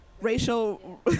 racial